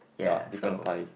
ya different type